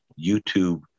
youtube